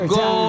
go